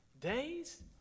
days